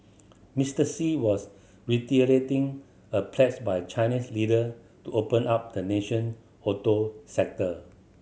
Mister Xi was reiterating a pledge by Chinese leader to open up the nation auto sector